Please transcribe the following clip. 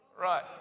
right